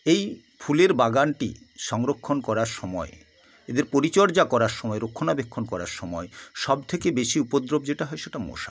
এই ফুলের বাগানটি সংরক্ষণ করার সময় এদের পরিচর্যা করার সময় রক্ষণাবেক্ষণ করার সময় সবথেকে বেশি উপদ্রব যেটা হয় সেটা মশা